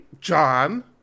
John